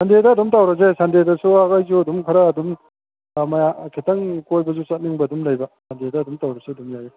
ꯁꯟꯗꯦꯗ ꯑꯗꯨꯝ ꯇꯧꯔꯁꯦ ꯁꯟꯗꯦꯗꯁꯨ ꯑꯩꯈꯣꯏꯁꯨ ꯑꯗꯨꯝ ꯈꯔ ꯑꯗꯨꯝ ꯑꯃ ꯈꯤꯇꯪ ꯀꯣꯏꯕꯁꯨ ꯆꯠꯅꯤꯡꯕ ꯑꯗꯨꯝ ꯂꯩꯕ ꯁꯟꯗꯦꯗ ꯑꯗꯨꯝ ꯇꯧꯔꯁꯨ ꯑꯗꯨꯝ ꯌꯥꯏꯌꯦ